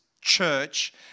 church